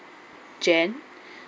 jan